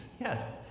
Yes